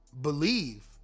believe